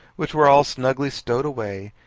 which were all snugly stowed away,